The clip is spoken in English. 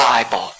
Bible